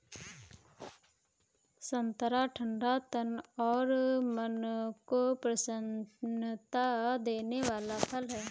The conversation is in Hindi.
संतरा ठंडा तन और मन को प्रसन्नता देने वाला फल है